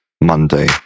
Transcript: Monday